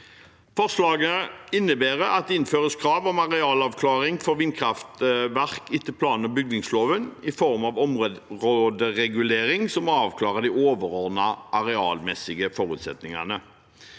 Forslaget innebærer at det innføres krav om arealavklaring for vindkraftverk etter plan- og bygningsloven i form av områderegulering som må avklare de overordnede arealmessige forutsetningene.